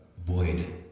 void